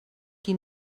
qui